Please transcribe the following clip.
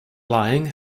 lying